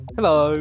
Hello